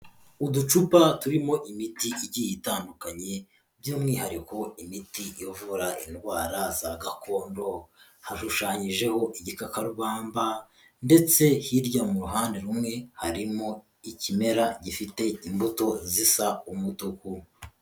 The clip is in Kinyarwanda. Uducupa turimo imiti igiye itandukanye by'umwihariko imiti ivura indwara za gakondo, hashushanyijeho igikakarubamba ndetse hirya mu ruhande rumwe harimo ikimera gifite imbuto zisa umutuku.